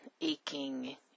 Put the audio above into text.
aching